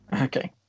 Okay